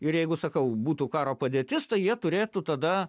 ir jeigu sakau būtų karo padėtis tai jie turėtų tada